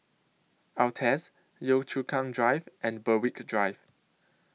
Altez Yio Chu Kang Drive and Berwick Drive